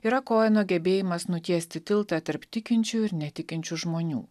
yra koeno nuo gebėjimas nutiesti tiltą tarp tikinčiųjų ir netikinčių žmonių